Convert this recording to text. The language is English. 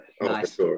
Nice